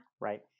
Right